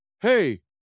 hey